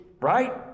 right